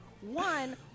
one